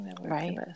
right